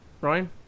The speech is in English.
Ryan